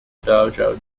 dojo